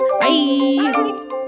Bye